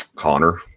Connor